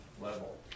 level